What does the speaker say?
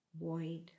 void